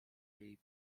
jej